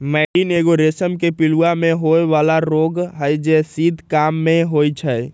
मैटीन एगो रेशम के पिलूआ में होय बला रोग हई जे शीत काममे होइ छइ